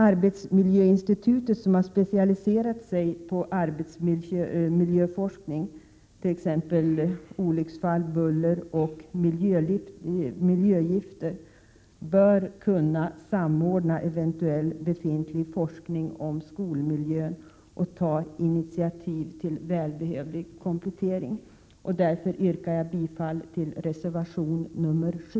Arbetsmiljöinstitutet, som har specialiserat sig på arbetsmiljöforskning — t.ex. olycksfall, buller och miljögifter — bör kunna samordna eventuell befintlig forskning om skolmiljön och ta initiativ till en välbehövlig komplettering. Jag yrkar bifall till reservation 7.